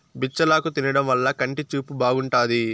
బచ్చలాకు తినడం వల్ల కంటి చూపు బాగుంటాది